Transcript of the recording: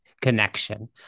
connection